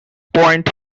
point